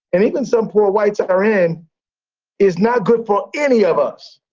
and even some poor whites are in is not good for any of us.